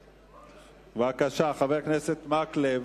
בבקשה, חבר הכנסת מקלב,